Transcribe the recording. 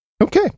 Okay